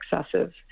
excessive